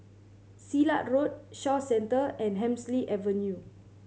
Silat Road Shaw Centre and Hemsley Avenue